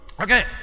Okay